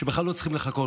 שבכלל לא צריכים לחכות,